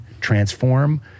transform